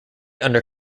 under